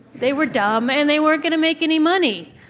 they were dumb, and they weren't going to make any money,